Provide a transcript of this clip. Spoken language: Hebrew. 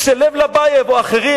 כשלב לבייב או אחרים,